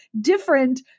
different